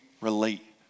relate